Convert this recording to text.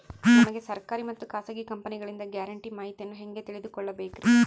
ನಮಗೆ ಸರ್ಕಾರಿ ಮತ್ತು ಖಾಸಗಿ ಕಂಪನಿಗಳಿಂದ ಗ್ಯಾರಂಟಿ ಮಾಹಿತಿಯನ್ನು ಹೆಂಗೆ ತಿಳಿದುಕೊಳ್ಳಬೇಕ್ರಿ?